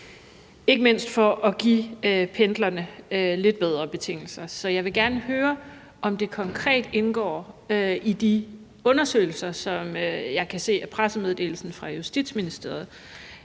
ikke mindst for at give pendlerne lidt bedre betingelser. Så jeg vil gerne høre, om det konkret indgår i de undersøgelser, som jeg kan se fremgår af pressemeddelelsen fra Justitsministeriet,